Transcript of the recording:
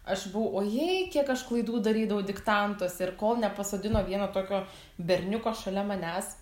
aš buvau o jei kiek aš klaidų darydavau diktantuose ir kol nepasodino vieno tokio berniuko šalia manęs